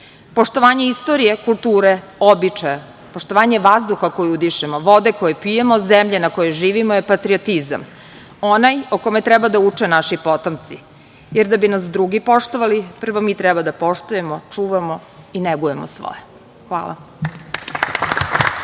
Poštovanje istorije, kulture, običaja, poštovanje vazduha koji udišemo, vode koju pijemo, zemlje na kojoj živimo je patriotizam, onaj o kome treba da uče naši potomci, jer da bi nas drugi poštovali, prvo mi treba da poštujemo, čuvamo i negujemo svoje. Hvala.